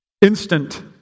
instant